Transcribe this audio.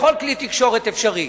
בכל כלי תקשורת אפשרי.